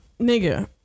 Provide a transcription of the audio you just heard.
nigga